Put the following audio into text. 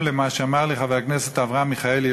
למה שאמר לי חבר הכנסת אברהם מיכאלי,